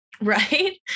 Right